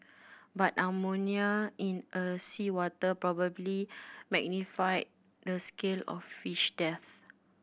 but ammonia in a seawater probably magnified the scale of fish deaths